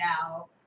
now